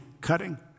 cutting